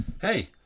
hey